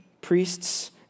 priests